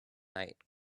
night